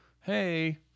hey